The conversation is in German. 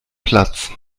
platz